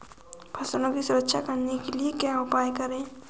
फसलों की सुरक्षा करने के लिए क्या उपाय करें?